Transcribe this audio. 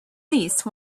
least